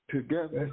Together